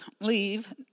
leave